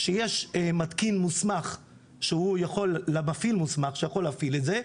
שיש מפעיל מוסמך שיכול להפעיל את זה,